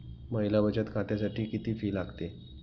महिला बचत खात्यासाठी किती फी लागते?